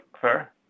fair